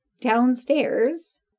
downstairs